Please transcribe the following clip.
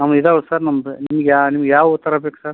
ಅವು ಇದ್ದಾವೆ ಸರ್ ನಮ್ದು ನಿಮ್ಗೆ ಯಾ ನಿಮ್ಗೆ ಯಾವ ಹೂ ಥರ ಬೇಕು ಸರ್